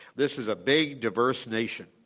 this is a big diverse nation,